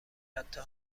حتا